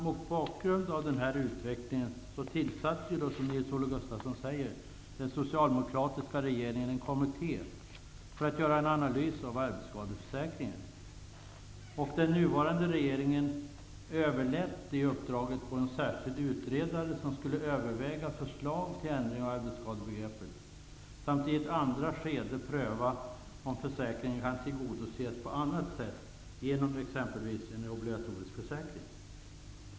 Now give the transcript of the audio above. Mot bakgrund av denna utveckling tillsatte, som Nils-Olof Gustafsson säger, den socialdemokratiska regeringen en kommitté för att göra en analys av arbetsskadeförsäkringen. Nuvarande regeringen överlät det uppdraget på en särskild utredare, som skulle överväga förslag till ändring av arbetsskadebegreppet samt i ett andra skede pröva om försäkringsbehovet kan tillgodoses på annat sätt, exempelvis genom en obligatorisk försäkring.